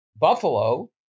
Buffalo